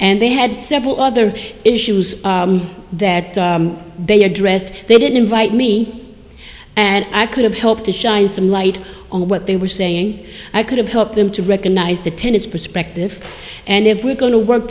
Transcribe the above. and they had several other issues that they addressed they didn't invite me and i could have helped to shine some light on what they were saying i could have helped them to recognize the tenets perspective and if we're going to work